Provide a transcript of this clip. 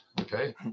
okay